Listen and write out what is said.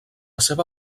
seva